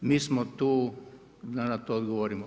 Mi smo tu da na to odgovorimo.